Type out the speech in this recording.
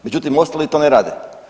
Međutim, ostali to ne rade.